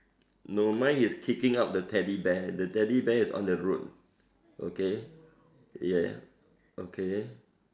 no mine is kicking out the teddy bear the teddy bear is on the road okay ya okay